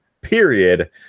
period